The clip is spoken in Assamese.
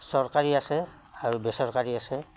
চৰকাৰী আছে আৰু বেচৰকাৰী আছে